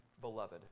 beloved